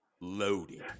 loaded